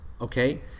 okay